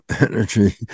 energy